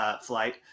flight